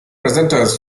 presenters